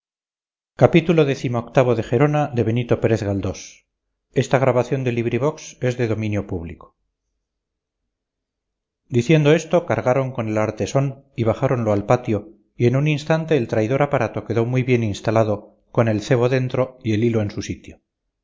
cogiéndoles vivos diciendo esto cargaron con el artesón y bajáronlo al patio y en un instante el traidor aparato quedó muy bien instalado con el cebo dentro y el hilo en su sitio